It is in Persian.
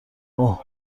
اوه